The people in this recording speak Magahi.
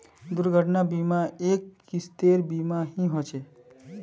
दुर्घटना बीमा, एक किस्मेर बीमा ही ह छे